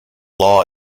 law